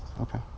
Okay